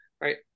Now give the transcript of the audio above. right